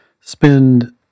spend